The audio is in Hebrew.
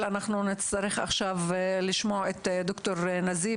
אבל אנחנו נצטרך לשמוע קודם את ד"ר נזיה.